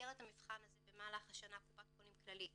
במסגרת המבחן הזה במהלך השנה קופת חולים כללית